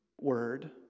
word